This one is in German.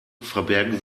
verbergen